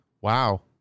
Wow